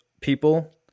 people